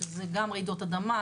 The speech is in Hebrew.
שזה גם רעידות אדמה,